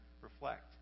reflect